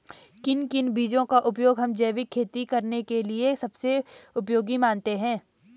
किन किन बीजों का उपयोग हम जैविक खेती करने के लिए सबसे उपयोगी मानते हैं?